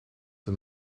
the